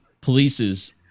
police's